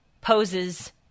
poses